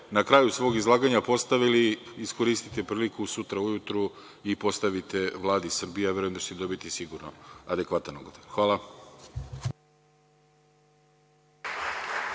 na kraju svog izlaganja postavili, iskoristite priliku sutra ujutru i postavite Vladi Srbije. Ja verujem da će dobiti sigurno adekvatan odgovor. Hvala.